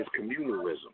communalism